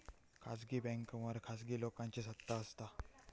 खासगी बॅन्कांवर खासगी लोकांची सत्ता असता